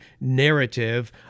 narrative